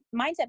mindset